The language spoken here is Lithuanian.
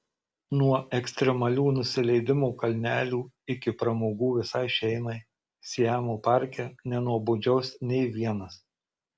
nuo ekstremalių nusileidimo kalnelių iki pramogų visai šeimai siamo parke nenuobodžiaus nė vienas